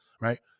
right